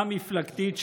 א-מפלגתית,